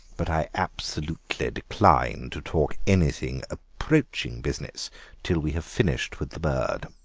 but i absolutely decline to talk anything approaching business till we have finished with the bird.